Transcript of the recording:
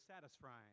satisfying